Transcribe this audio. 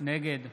נגד